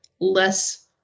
less